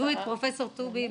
עזבו את פרופ' טובי,